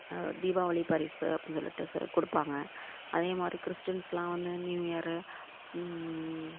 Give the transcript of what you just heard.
தீபாவளி பரிசு அப்படினு சொல்லிவிட்டு கொடுப்பாங்க அதேமாதிரி கிறிஸ்டீன்ஸெலாம் வந்து நியூ இயரு